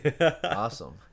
Awesome